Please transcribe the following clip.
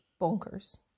bonkers